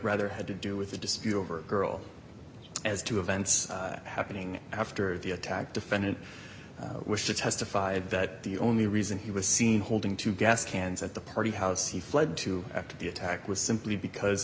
rather had to do with a dispute over girl as to events happening after the attack defendant where she testified that the only reason he was seen holding two gas cans at the party house he fled to after the attack was simply because